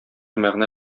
мәгънә